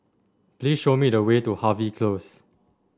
please show me the way to Harvey Close